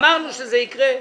אמרנו שזה יקרה.